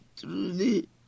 truly